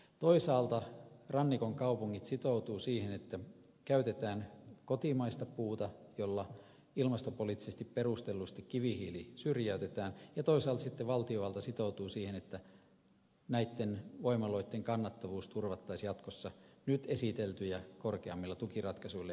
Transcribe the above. toisaalta rannikon kaupungit sitoutuvat siihen että käytetään kotimaista puuta jolla ilmastopoliittisesti perustellusti kivihiili syrjäytetään ja toisaalta sitten valtiovalta sitoutuu siihen että näitten voimaloitten kannattavuus turvattaisiin jatkossa nyt esiteltyjä korkeammilla tukiratkaisuilla